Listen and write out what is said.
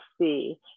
see